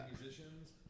musicians